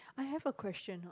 I have a question